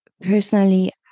personally